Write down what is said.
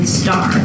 star